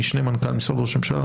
אולי משנה למנכ"ל משרד ראש הממשלה,